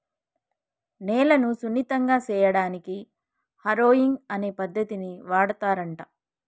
నేలను సున్నితంగా సేయడానికి హారొయింగ్ అనే పద్దతిని వాడుతారంట